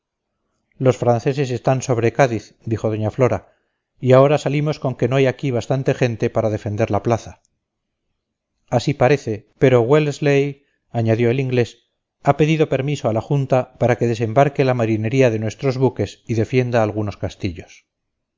los franceses están sobre cádiz dijo doña flora y ahora salimos con que no hay aquí bastante gente para defender la plaza así parece pero wellesley añadió el inglés ha pedido permiso a la junta para que desembarque la marinería de nuestros buques y defienda algunos castillos